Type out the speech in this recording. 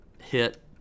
hit